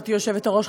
גברתי היושבת-ראש,